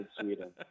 Sweden